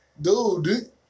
dude